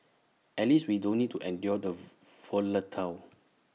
at least we don't need to endure the